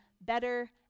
better